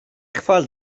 chwal